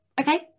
Okay